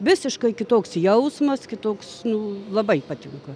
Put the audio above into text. visiškai kitoks jausmas kitoks nu labai patinka